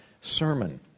sermon